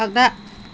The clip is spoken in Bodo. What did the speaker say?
आगदा